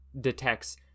detects